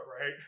right